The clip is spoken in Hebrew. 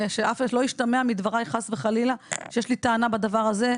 ושלא ישתמע מדבריי חס וחלילה שיש לי טענה בדבר הזה,